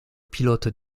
pilote